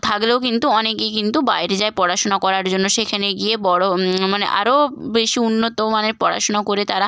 থাকলেও কিন্তু অনেকে কিন্তু বাইরে যায় পড়াশুনা করার জন্য সেখানে গিয়ে বড় মানে আরও বেশি উন্নতমানের পড়াশুনো করে তারা